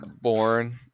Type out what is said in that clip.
born